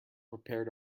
prepared